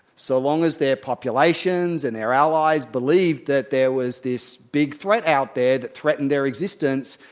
so long as their populations and their allies believed that there was this big threat out there that threatened their existence,